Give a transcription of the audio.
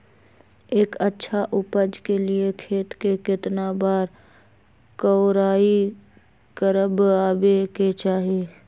एक अच्छा उपज के लिए खेत के केतना बार कओराई करबआबे के चाहि?